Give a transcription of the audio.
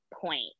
point